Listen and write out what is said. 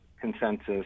consensus